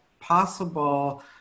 possible